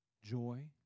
Joy